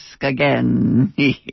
again